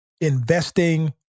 investing